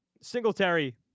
Singletary